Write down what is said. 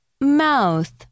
mouth